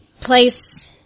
place